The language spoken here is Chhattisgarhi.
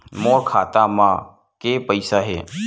मोर खाता म के पईसा हे?